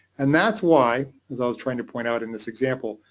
and that's why, as i was trying to point out in this example,